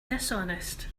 dishonest